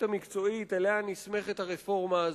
המקצועית שעליה נסמכת הרפורמה הזאת.